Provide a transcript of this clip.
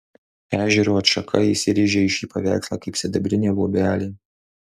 ežero atšaka įsirėžė į šį paveikslą kaip sidabrinė luobelė